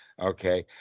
Okay